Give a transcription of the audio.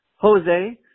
Jose